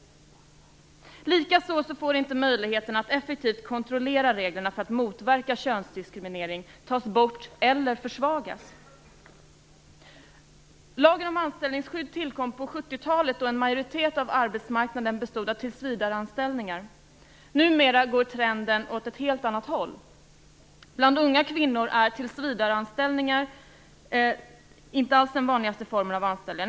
Likaså får inte möjligheten att effektivt kontrollera reglerna för att motverka könsdiskriminering tas bort eller försvagas. Lagen om anställningsskydd tillkom på 70-talet, då en majoritet av arbetsmarknaden bestod av tillsvidareanställningar. Numera går trenden åt ett helt annat håll. Bland unga kvinnor är tillsvidareanställningar inte alls den vanligaste formen av anställning.